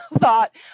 thought